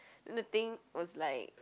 then the thing was like